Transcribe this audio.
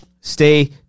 stay